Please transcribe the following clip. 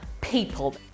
people